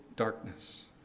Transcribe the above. darkness